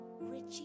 Richie